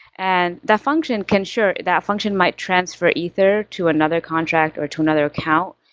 and the function can ensure that function might transfer ether to another contract or to another account,